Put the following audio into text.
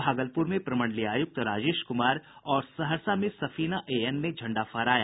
भागलपूर में प्रमंडलीय आयुक्त राजेश कूमार और सहरसा में सफीना ए एन ने झंडा फहराया